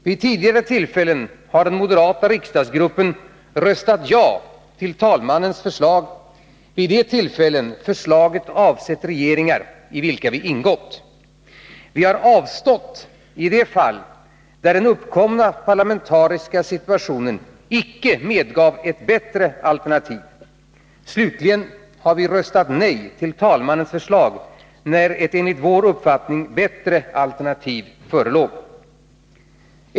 Vid tidigare tillfällen har den moderata riksdagsgruppen röstat ja till talmannens förslag vid de tillfällen förslaget avsett regeringar i vilka vi ingått. Vi har avstått i det fall där den uppkomna parlamentariska situationen icke medgav ett bättre alternativ. Slutligen har vi röstat nej till talmannens förslag när ett enligt vår uppfattning bättre alternativ förelåg.